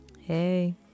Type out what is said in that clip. hey